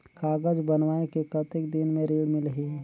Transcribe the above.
कागज बनवाय के कतेक दिन मे ऋण मिलही?